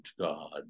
God